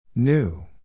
New